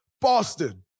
Boston